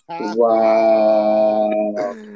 Wow